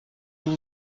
vous